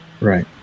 Right